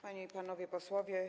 Panie i Panowie Posłowie!